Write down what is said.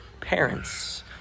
parents